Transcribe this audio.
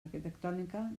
arquitectònica